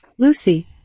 Lucy